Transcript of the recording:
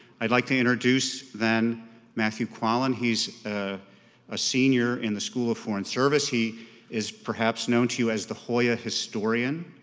i'd like to introduce then matthew quallen. he's a ah senior in the school of foreign service. he is perhaps known to you as the hoya historian.